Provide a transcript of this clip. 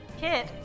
Kit